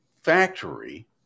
factory